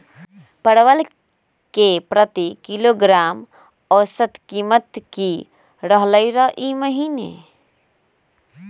परवल के प्रति किलोग्राम औसत कीमत की रहलई र ई महीने?